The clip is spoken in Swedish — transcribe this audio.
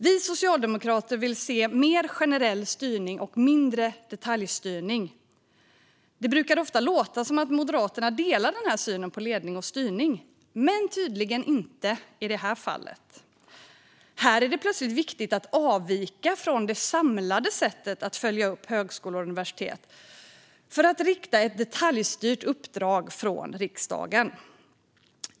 Vi socialdemokrater vill se mer generell styrning och mindre detaljstyrning. Det brukar ofta låta som att Moderaterna delar denna syn på ledning och styrning. Men det gör de tydligen inte i det här fallet. Här är det plötsligt viktigt att avvika från det samlade sättet att följa upp högskolor och universitet för att rikta en detaljstyrande uppmaning från riksdagen.